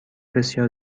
بسیار